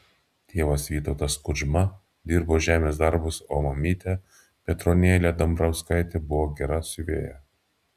tėvas vytautas kudžma dirbo žemės darbus o mamytė petronėlė dambrauskaitė buvo gera siuvėja